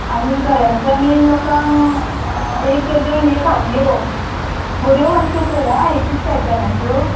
आनी घरांच्या मेन लोकांक एक डजन हे फातल्यो बऱ्यो मातश्यो पय आं एकूत पॅटर्नाच्यो